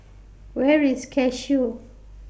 Where IS Cashew